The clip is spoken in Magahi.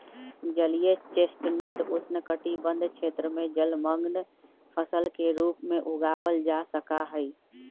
जलीय चेस्टनट उष्णकटिबंध क्षेत्र में जलमंग्न फसल के रूप में उगावल जा सका हई